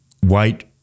white